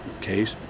case